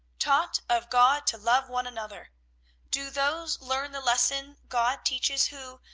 taught of god to love one another do those learn the lesson god teaches who,